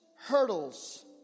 hurdles